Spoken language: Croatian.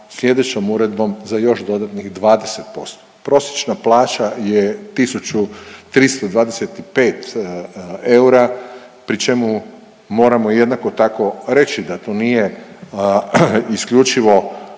slijedećom uredbom za još dodatnih 20%. Prosječna plaća je 1.325 eura pri čemu moramo jednako tako reći da to nije isključivo